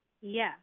Yes